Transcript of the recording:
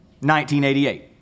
1988